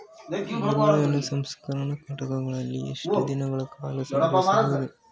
ಈರುಳ್ಳಿಯನ್ನು ಸಂಸ್ಕರಣಾ ಘಟಕಗಳಲ್ಲಿ ಎಷ್ಟು ದಿನಗಳ ಕಾಲ ಸಂಗ್ರಹಿಸಬಹುದು?